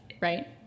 right